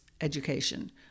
education